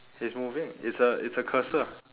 it's moving it's a it's a cursor